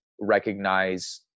recognize